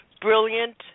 brilliant